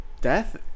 death